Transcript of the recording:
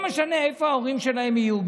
לא משנה איפה ההורים שלהם יהיו,